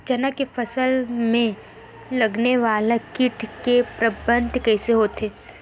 चना के फसल में लगने वाला कीट के प्रबंधन कइसे होथे?